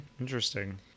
Interesting